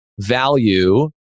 value